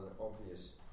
obvious